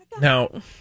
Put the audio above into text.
Now